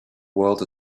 world